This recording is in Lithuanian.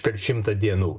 per šimtą dienų